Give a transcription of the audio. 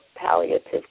palliative